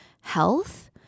health